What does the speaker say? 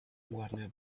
warner